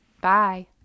Bye